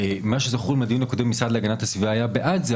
זכור לי מהדיון הקודם שהמשרד להגנת הסביבה היה בעד זה.